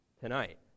tonight